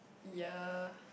ya